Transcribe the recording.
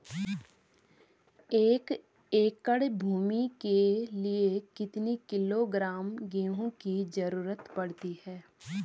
एक एकड़ भूमि के लिए कितने किलोग्राम गेहूँ की जरूरत पड़ती है?